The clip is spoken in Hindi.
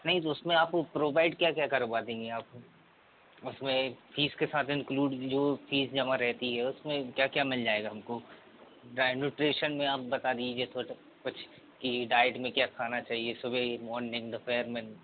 नहीं जी उसमें आप प्रोवाईड क्या क्या करबा देंगे आप हमें उसमें एक फीस के साथ इंक्लूड जो फीस जमा रहती है उसमें क्या क्या मिल जाएगा हमको ड्राईन्यूट्रेशन में आप बता दीजिए थोड़ा सा कुछ की डाईट में क्या खाना चाहिए सुबह ये माॅर्निंग दोपहर में